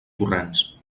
torrents